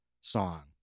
song